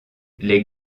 les